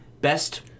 best